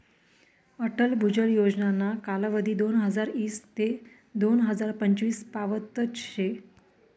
अटल भुजल योजनाना कालावधी दोनहजार ईस ते दोन हजार पंचवीस पावतच शे